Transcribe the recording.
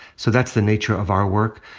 so that's the nature of our work.